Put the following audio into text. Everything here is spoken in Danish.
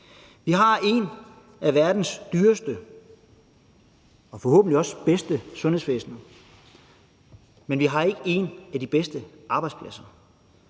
Vi har et af verdens dyreste og forhåbentlig også bedste sundhedsvæsener, men vi har ikke en af de bedste arbejdspladser,